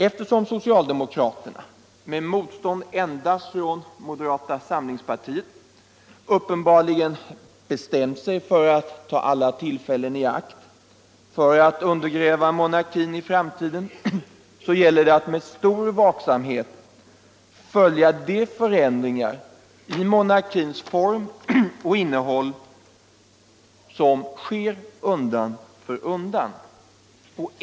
Eftersom socialdemokraterna, med motstånd endast från moderata samlingspartiet, uppenbarligen bestämt sig för att ta alla tillfällen i akt att undergräva monarkin i framtiden, gäller det att med stor vaksamhet följa de förändringar i monarkins form och innehåll som sker undan för undan.